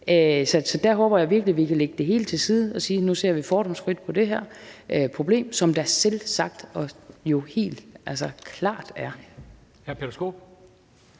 Så der håber jeg virkelig, vi kan lægge det hele til side og sige: Nu ser vi fordomsfrit på det her problem, som der jo selvsagt og helt klart er. Kl. 14:03